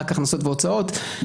רק ההכנסות והצואות.